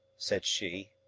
said she,